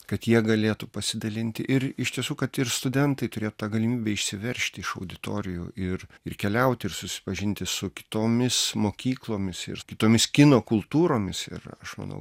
kad jie galėtų pasidalinti ir iš tiesų kad ir studentai turėtų tą galimybę išsiveržti iš auditorijų ir ir keliauti ir susipažinti su kitomis mokyklomis ir kitomis kino kultūromis ir aš manau